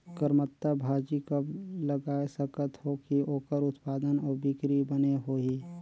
करमत्ता भाजी कब लगाय सकत हो कि ओकर उत्पादन अउ बिक्री बने होही?